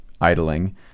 idling